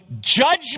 judge